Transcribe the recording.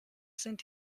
sind